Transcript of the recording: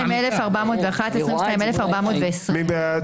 22,421 עד 22,440. מי בעד?